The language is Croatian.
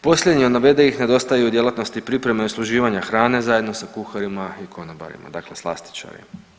Posljednji od navedenih nedostaju i u djelatnosti pripreme i usluživanja hrane zajedno sa kuharima i konobarima, dakle slastičari.